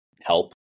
help